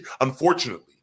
unfortunately